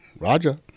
Roger